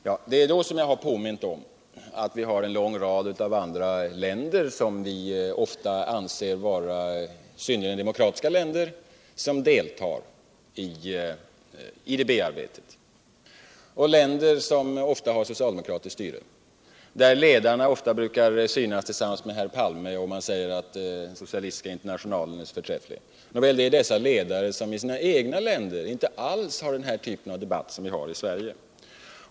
Det är mot denna bakgrund jag har påmint om att också en lång rad andra länder som vi anser vara synnerligen demokratiska deltar i IDB-arbetet. Många av dessa länder har soctaldemokratiskt styre. Deras ledare brukar ofta synas tillsammans med herr Palme i olika sammanhang, och då görs uttalanden om att den socialistiska internationalen är så förträfflig. Dessa ledare har i sina egna länder inte alls den typ av debatt som vi har i Sverige.